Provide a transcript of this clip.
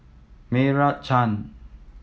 Meira Chand